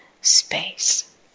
space